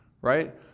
right